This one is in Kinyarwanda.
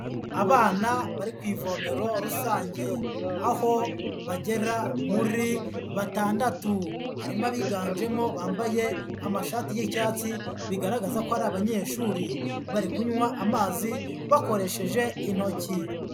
Abana bari ku ivomero rusange aho bagera muri batandatu, harimo abiganjemo bambaye amashati y'icyatsi, bigaragaza ko ari abanyeshuri, bari kunywa amazi bakoresheje intoki.